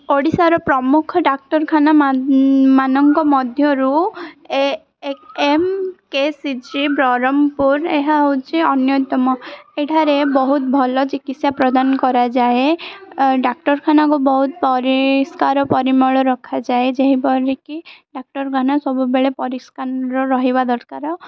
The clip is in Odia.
ଓଡ଼ିଶାର ପ୍ରମୁଖ ଡାକ୍ତରଖାନା ମା ମାନଙ୍କ ମଧ୍ୟରୁ ଏ M K C G Berhampur ଏହା ହେଉଛି ଅନ୍ୟତମ ଏଠାରେ ବହୁତ ଭଲ ଚିକିତ୍ସା ପ୍ରଦାନ କରାଯାଏ ଡାକ୍ତରଖାନାକୁ ବହୁତ ପରିଷ୍କାର ପରିମଳ ରଖାଯାଏ ଯେହିପରିିକି ଡାକ୍ତରଖାନା ସବୁବେଳେ ପରିଷ୍କାର ରହିବା ଦରକାର